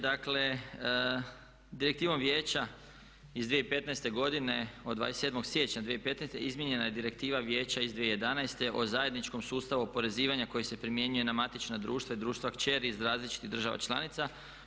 Dakle, direktivom Vijeća iz 2015. godine od 27. siječnja 2015. izmijenjena je direktiva Vijeća iz 2011. o zajedničkom sustavu oporezivanja koji se primjenjuje na matična društva i društva kćeri iz različitih država članica.